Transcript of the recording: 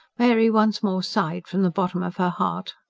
mary once more sighed from the bottom of her heart.